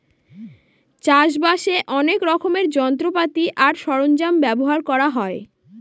চাষ বাসে অনেক রকমের যন্ত্রপাতি আর সরঞ্জাম ব্যবহার করা হয়